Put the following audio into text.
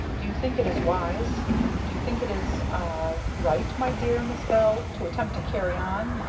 do you think it is wise do you think it is ah right, my dear miss bell, to attempt to carry on